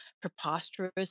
preposterous